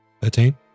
Thirteen